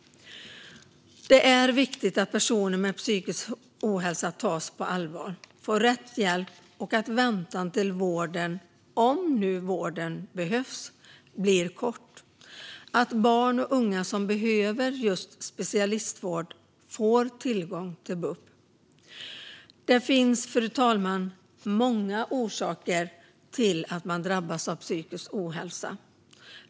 Det är viktigt att personer med psykisk ohälsa tas på allvar och får rätt hjälp, att väntan till vården - om vården behövs - blir kort och att barn och unga som behöver just specialistvård får tillgång till BUP. Fru talman! Det finns många orsaker till att man drabbas av psykisk ohälsa.